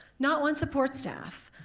not one support staff,